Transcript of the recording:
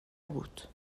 بود